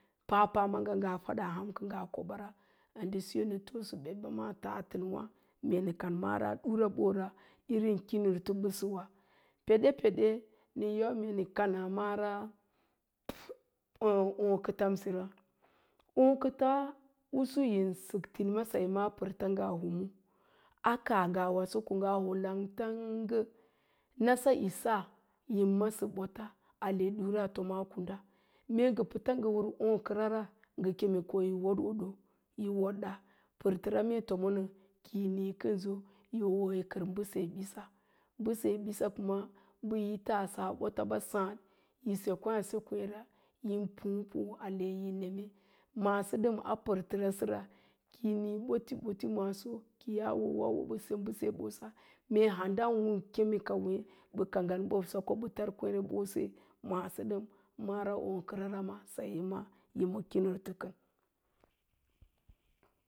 Paapa ma'nga ngaa fadaa ham ka ngaa kobara. Nde siso nə toosə bədɓa maa tatənwá mee nə kan mara ɗura ɓora irin kinito mbəsəwa. Peɗepeɗe nən yau nə kana mara. ó-óókə tamra ookəta usu yin sək tinimsa pərtərs ngaa numu, a kaa waso ko ngaa ho langtanggə, nasa'isa yi masə bota, ale du'ura a fomad kundə, mee ngə pəts ngə wao óókərara, ngə keme ko yi wodon yi woɗɗa, pərtəra mee tomonə ki yi nii kənso yi wo yi kər mba seyaa ɓisa, mbəseyaaɓisa kuma mbəyi taasa ɓotaɓa sáaɗ yi səkwáá-səkwééra, yi púú-púú ne yi neme, maso ɗəm a pərtəra səra kiyi níí boti-boti maasoki yaa wowa, wo mbə se mbəseyaa ɓosa, mee handanwéé kə mbə kangga mbə tar kwéére ɓose maqaso ɗəm, mara óookərara ma saye ma yi ma kirirto kən.